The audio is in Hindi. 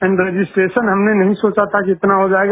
एण्ड इन रजिस्ट्रेशन हमने नहीं सोचा था कि इतना हो जाएगा